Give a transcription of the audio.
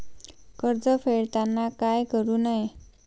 कर्ज फेडताना काय करु नये?